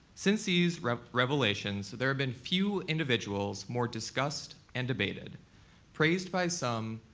since these revelations, there have been few individuals more discussed and debated praised by some,